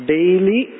Daily